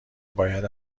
باید